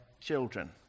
children